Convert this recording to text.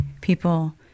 people